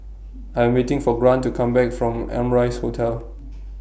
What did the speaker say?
I Am waiting For Grant to Come Back from Amrise Hotel